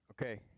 okay